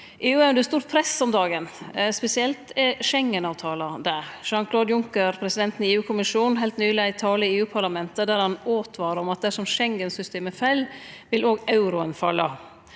EU er under stort press om dagen, spesielt er Schengenavtalen det. Jean-Claude Juncker, presidenten i EU-kommisjonen, heldt nyleg ein tale i EU-parlamentet der han åtvara om at dersom Schengen-systemet fell, vil òg euroen falle.